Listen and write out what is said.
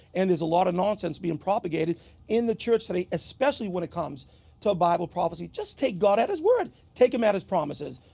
and there is a lot of nonsense being propagated in the church today especially when it comes to bible prophecy. just take god at his word. take him at his promises.